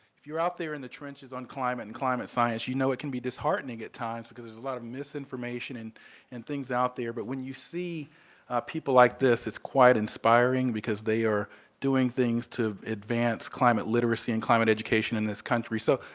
if you are out there in the trenches on climate and climate science, you know it can be disheartening at times because a lot of misinformation and and things out there, but when you see people like this, it's quite inspiring because they are doing things to advance climate literacy and climate education in this country. so,